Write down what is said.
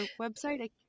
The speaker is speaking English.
website